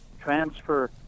transfer